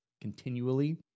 continually